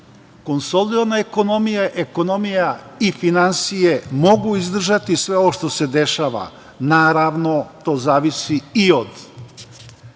ekonomija, ekonomija i finansije mogu izdržati sve ovo što se dešava. Naravno, to zavisi i od